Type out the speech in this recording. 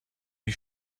wie